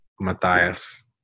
Matthias